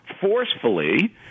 forcefully